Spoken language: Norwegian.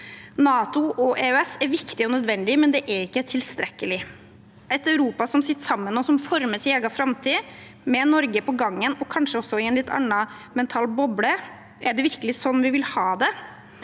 NATO og EØS er viktige og nødvendige, men det er ikke tilstrekkelig. Et Europa som sitter sammen og former sin egen framtid, med Norge på gangen og kanskje også i en litt annen mental boble – er det virkelig slik vi vil ha det?